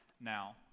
now